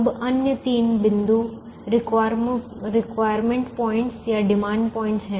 अब अन्य तीन बिंदु रिक्वायरमेंट पॉइंटस या डिमांड पॉइंटस हैं